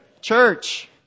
church